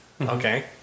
Okay